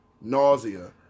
nausea